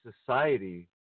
society